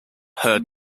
heard